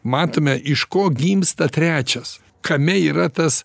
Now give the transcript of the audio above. matome iš ko gimsta trečias kame yra tas